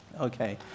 Okay